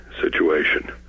situation